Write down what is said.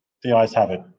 the ayes have it.